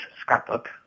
scrapbook